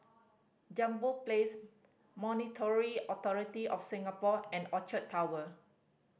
Jambol Place Monetary Authority Of Singapore and Orchard Tower